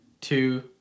two